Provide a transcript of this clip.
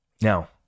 now